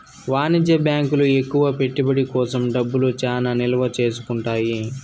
వాణిజ్య బ్యాంకులు ఎక్కువ పెట్టుబడి కోసం డబ్బులు చానా నిల్వ చేసుకుంటాయి